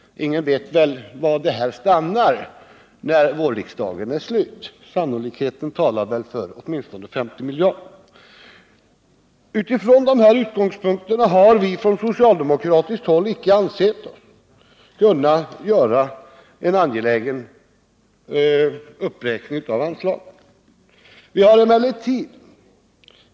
Ingen vet väl var det stannar innan vårriksdagen är slut. Sannolikheten talar för åtminstone 50 miljarder. Från dessa utgångspunkter har vi från socialdemokratiskt håll icke ansett oss kunna göra en angelägen uppräkning av anslagen.